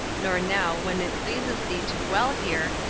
nor now, when it pleases thee to dwell here,